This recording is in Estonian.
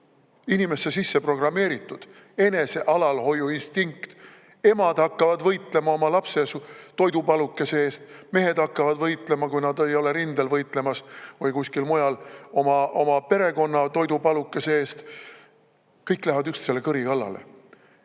inimesse sisse programmeeritud enesealalhoiuinstinkt. Emad hakkavad võitlema oma lapse toidupalukese eest. Mehed hakkavad võitlema, kui nad ei ole rindel võitlemas või kuskil mujal, oma perekonna toidupalukese eest. Kõik lähevad üksteise kõri kallale.